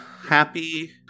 happy